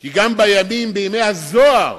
כי גם בימי הזוהר